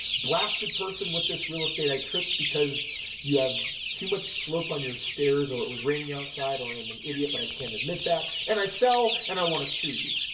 blasted person with this real-estate i tripped because you have too much slope on your stairs or it was raining outside or i'm an idiot but i can't admit that and i fell and i want to sue you.